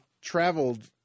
traveled